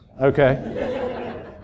okay